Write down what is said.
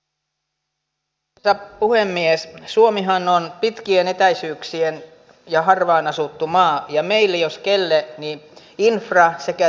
mutta voi todeta että puolustusvoimat tekee tässä maassa erittäin hyvää ja laadukasta työtä hyvin pienillä määrärahoilla